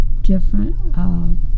different